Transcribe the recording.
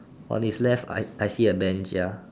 on his left I I see a bench ya